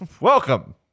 welcome